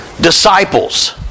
disciples